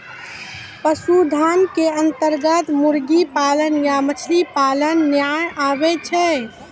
पशुधन के अन्तर्गत मुर्गी पालन या मछली पालन नाय आबै छै